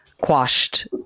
quashed